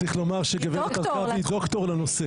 צריך לומר שגב' הרכבי היא דוקטור לנושא.